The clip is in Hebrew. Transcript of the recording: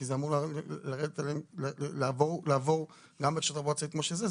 כי זה אמור גם בתחבורה ציבורית כמו שזה,